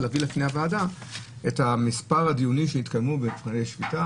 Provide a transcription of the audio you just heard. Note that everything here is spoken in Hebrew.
להביא בפני הוועדה פירוט על מספר הדיונים שהתקיימו במתחמי שפיטה,